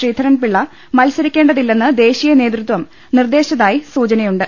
ശ്രീധ രൻപിള്ള മത്സരിക്കേണ്ടതില്ലെന്ന് ദേശീയനേതൃത്വം നിർദ്ദേശിച്ചതായി സൂചനയുണ്ട്